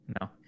No